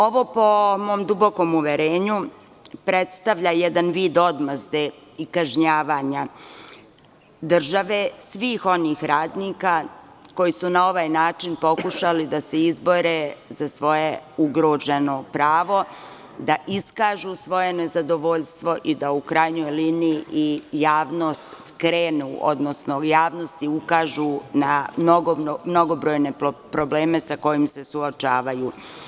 Ovo, po mom dubokom uverenju, predstavlja jedan vid odmazde i kažnjavanja države, svih onih radnika koji su na ovaj način pokušali da se izbore za svoje ugroženo pravo, da iskažu svoje nezadovoljstvo i da u krajnjoj liniji i javnost skrenu, odnosno javnosti ukažu na mnogobrojne probleme sa kojima se suočavaju.